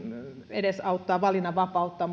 edesauttaa valinnanvapautta